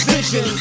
Vision